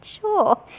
Sure